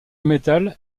métal